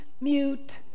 mute